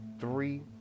Three